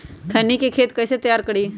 खैनी के खेत कइसे तैयार करिए?